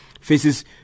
faces